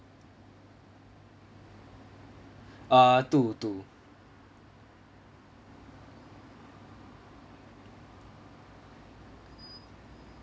uh two two